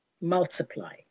multiply